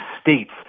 states